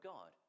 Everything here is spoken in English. God